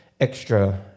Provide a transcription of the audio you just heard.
extra